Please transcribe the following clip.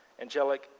angelic